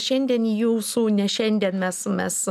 šiandien į jūsų ne šiandien mes mes